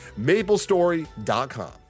maplestory.com